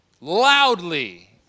loudly